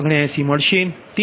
79 મળશે